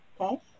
Okay